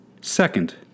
Second